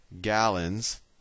Gallons